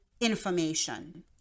information